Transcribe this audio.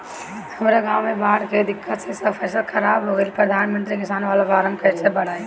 हमरा गांव मे बॉढ़ के दिक्कत से सब फसल खराब हो गईल प्रधानमंत्री किसान बाला फर्म कैसे भड़ाई?